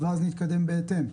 ואז נתקדם בהתאם?